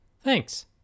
Thanks